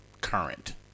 current